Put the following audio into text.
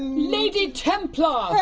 lady templar! ah